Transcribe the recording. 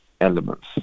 elements